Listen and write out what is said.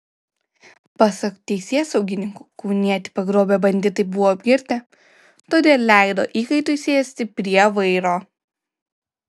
pasak teisėsaugininkų kaunietį pagrobę banditai buvo apgirtę todėl leido įkaitui sėsti prie vairo